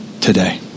today